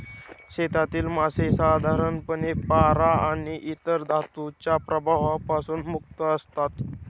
शेतातील मासे साधारणपणे पारा आणि इतर धातूंच्या प्रभावापासून मुक्त असतात